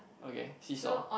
okay seasaw